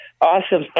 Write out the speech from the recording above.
Awesome